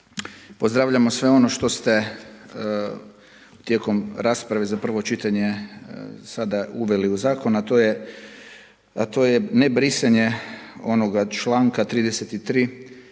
pozdravljamo sve ono što ste tijekom rasprave za prvo čitanje sada uveli u zakon, a to je ne brisanje onoga čl. 33.